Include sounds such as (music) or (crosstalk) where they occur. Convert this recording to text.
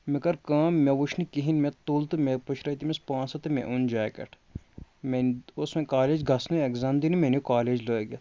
مےٚ کٔر کٲم مےٚ وٕچھنہٕ کِہیٖنۍ مےٚ تُل تہٕ مےٚ پٔشرٲے تٔمِس پونٛسہٕ تہِ مےٚ اوٚن جاکٮ۪ٹ (unintelligible) اوس وۄنۍ کالیج گژھنُے اٮ۪کزام دِنہِ مےٚ نیوٗ کالیج لٲگِتھ